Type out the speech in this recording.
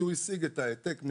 הוא השיג את ההעתק.